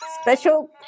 Special